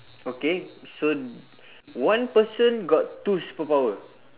okay so one person got two superpower